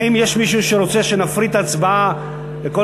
האם יש מישהו שרוצה שנפריד את ההצבעות לכל